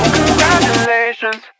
congratulations